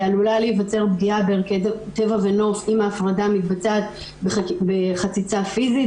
עלולה להיווצר פגיעה בערכי טבע ונוף אם ההפרדה מתבצעת בחציצה פיזית.